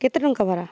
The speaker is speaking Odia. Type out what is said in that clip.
କେତେ ଟଙ୍କା ପରା